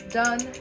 done